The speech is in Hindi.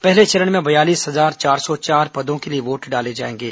पहले चरण में बयालीस हजार चार सौ चार पदों के लिए वोट डाले जाएंगे